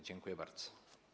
Dziękuję bardzo.